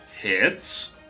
hits